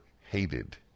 hated